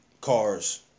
cars